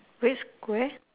red square